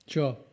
Sure